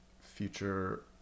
future